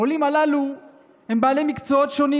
העולים הללו הם בעלי מקצועות שונים,